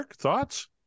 thoughts